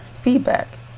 feedback